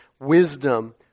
Wisdom